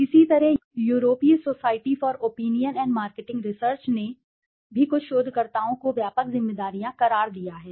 इसी तरह यूरोपीय society for opinion and marketing research ESOMAR ने भी कुछ शोधकर्ताओं को व्यापक जिम्मेदारियां करार दिया है